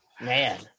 Man